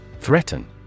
Threaten